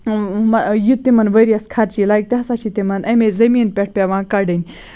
یہِ تِمن ؤریَس خرچہِ لَگہِ تہِ ہسا چھِ تِمن اَمے زٔمیٖن پٮ۪ٹھ پیوان کَڑٕنۍ